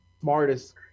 Smartest